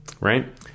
Right